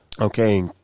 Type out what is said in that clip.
Okay